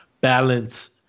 balance